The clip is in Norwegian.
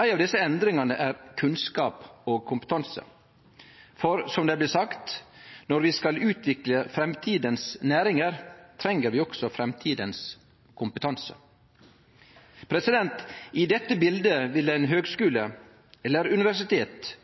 Ei av desse endringane er kunnskap og kompetanse, for som det blir sagt: Når vi skal utvikle framtidas næringar, treng vi også framtidas kompetanse. I dette bildet ville ein høgskule eller eit universitet